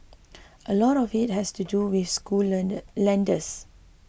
a lot of it has to do with school lender lenders